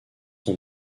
son